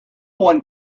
one